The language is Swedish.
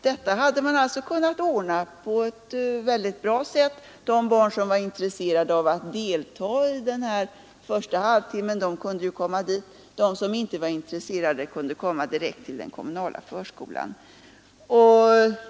Detta hade man alltså i bästa sämja kunnat ordna på ett enkelt sätt — de barn som var intresserade av att delta den första halvtimmen kunde komma dit, medan de som inte var intresserade kunde komma direkt till den kommunala förskolan.